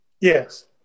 Yes